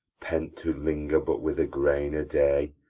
pent to linger but with a grain a day,